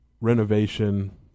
renovation